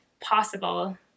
possible